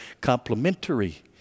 complementary